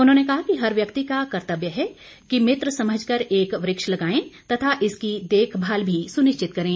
उन्होंने कहा कि हर व्यक्ति का कर्तव्य है कि मित्र समझ कर एक वृक्ष लगाएं तथा इसकी देखभाल भी सुनिश्चित करें